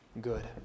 good